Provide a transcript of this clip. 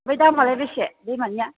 ओमफ्राय दामालाय बेसे दैमानिया